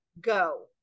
Go